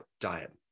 diet